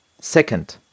Second